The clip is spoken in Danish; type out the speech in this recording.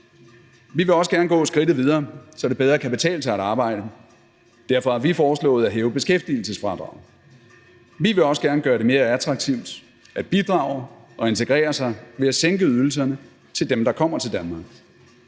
Vi vil også gerne gå skridtet videre, så det bedre kan betale sig at arbejde. Derfor har vi foreslået at hæve beskæftigelsesfradraget. Vi vil også gerne gøre det mere attraktivt at bidrage og integrere sig ved at sænke ydelserne til dem, der kommer til Danmark.